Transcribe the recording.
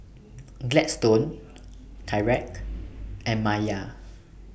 Gladstone Tyrek and Maia